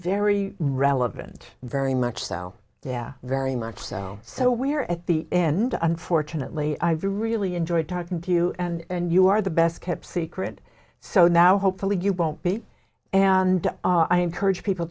very relevant very much so yeah very much so we're at the end unfortunately i've really enjoyed talking to you and you are the best kept secret so now hopefully you won't be and i encourage people